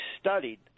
studied